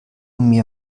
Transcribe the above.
mir